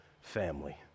family